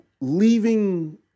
Leaving